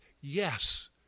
Yes